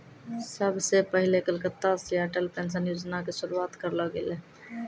सभ से पहिले कलकत्ता से अटल पेंशन योजना के शुरुआत करलो गेलै